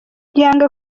yanga